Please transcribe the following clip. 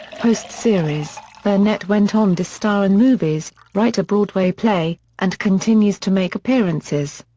post-series burnett went on to star in movies, write a broadway play, and continues to make appearances.